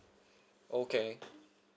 okay